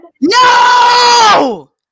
No